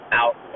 out